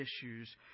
issues